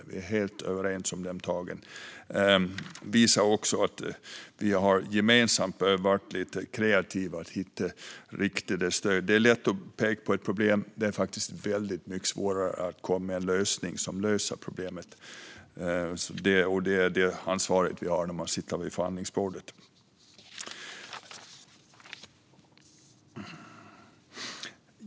De tagen är vi helt överens om. Vi har tillsammans behövt vara lite kreativa för att hitta riktade stöd. Det är lätt att peka på problem. Det är väldigt mycket svårare att komma med lösningar på problemen. Det ansvaret har man när man sitter vid förhandlingsbordet.